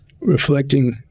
reflecting